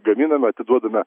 gaminame atiduodame